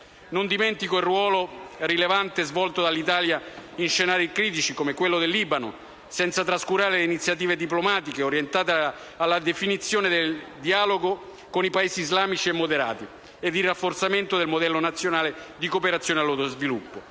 Non dimentico il ruolo rilevante svolto dall'Italia in scenari critici, come quello del Libano, senza trascurare le iniziative diplomatiche orientate alla definizione del dialogo con i Paesi islamici moderati e al rafforzamento del modello nazionale di cooperazione allo sviluppo.